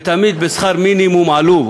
ותמיד בשכר מינימום עלוב.